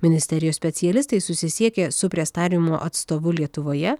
ministerijos specialistai susisiekė su prestariumo atstovu lietuvoje